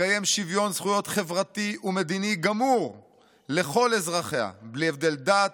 תקיים שוויון זכויות חברתי ומדיני גמור לכל אזרחיה בלי הבדל דת,